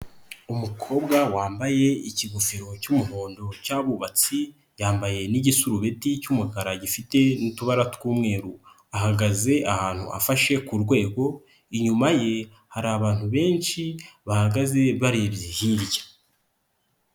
Umukobwa wambaye ikigofero cy'umuhondo cy'abubatsi, yambaye n'isurubeti cy'umukara gifite n'utubara tw'umweru. Ahagaze ahantu afashe ku rwego, inyuma ye hari abantu benshi bahagaze barebabye hirya.